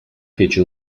fece